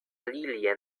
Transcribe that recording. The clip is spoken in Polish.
lilie